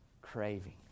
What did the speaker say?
craving